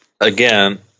again